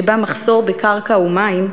שבה מחסור בקרקע ומים,